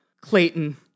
Clayton